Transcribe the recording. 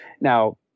Now